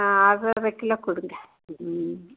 ஆ அது ஒரு கிலோ கொடுங்க ம்ம்